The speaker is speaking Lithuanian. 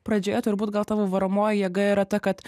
pradžioje turbūt gal tavo varomoji jėga yra ta kad